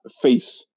faith